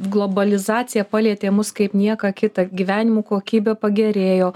globalizacija palietė mus kaip nieką kitą gyvenimo kokybė pagerėjo